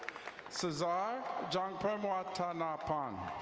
suzar john pronar ah tonapong.